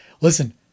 listen